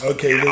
Okay